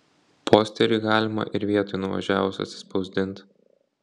posterį galima ir vietoj nuvažiavus atsispausdint